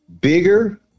bigger